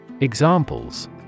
Examples